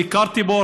ביקרתי בו,